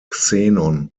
xenon